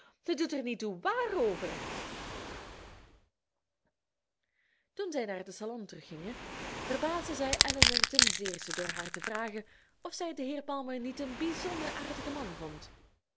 dag het doet er niet toe wààrover toen zij naar den salon teruggingen verbaasde zij elinor ten zeerste door haar te vragen of zij den heer palmer niet een bijzonder aardigen man vond